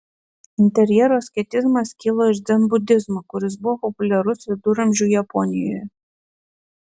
interjero asketizmas kilo iš dzenbudizmo kuris buvo populiarus viduramžių japonijoje